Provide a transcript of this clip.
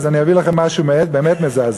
אז אני אביא לכם משהו באמת מזעזע.